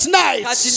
nights